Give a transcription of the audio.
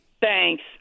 Thanks